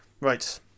Right